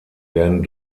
werden